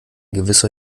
gewisser